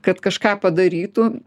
kad kažką padarytų